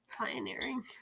Pioneering